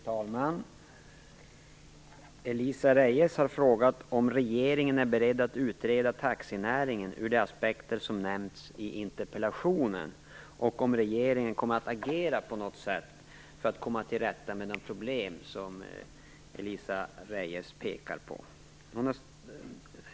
Fru talman! Elisa Abascal Reyes har frågat om regeringen är beredd att utreda taxinäringen ur de aspekter som nämnts i interpellationen och om regeringen kommer att agera på något sätt för att komma till rätta med de problem som Elisa Abascal Reyes pekar på.